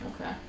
Okay